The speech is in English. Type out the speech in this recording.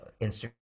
Instagram